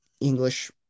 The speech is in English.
English